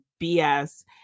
BS